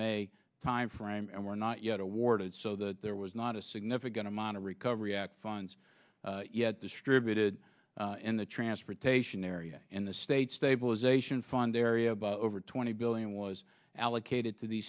may timeframe and were not yet awarded so that there was not a significant amount of recovery at funds yet distributed in the transportation area in the state stabilization fund area but over twenty billion was allocated to the